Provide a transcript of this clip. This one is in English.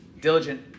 diligent